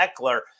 Eckler